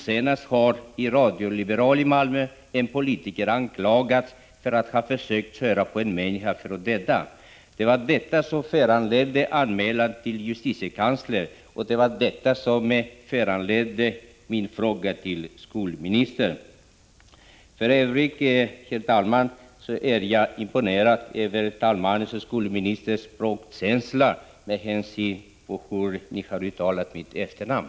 Senast har i Radio Liberal i Malmö en politiker anklagats för att ha kört på 21 november 1985 en människa i avsikt att döda. Det var detta som föranledde den anmälan som gjorts till justitiekanslern och även min fråga till skolministern. För övrigt, herr talman, är jag imponerad över den språkkänsla som talmannen och skolministern har visat när de har uttalat mitt efternamn.